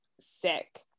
sick